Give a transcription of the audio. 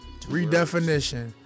Redefinition